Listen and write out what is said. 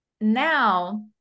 Now